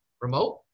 remote